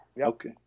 Okay